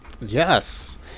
Yes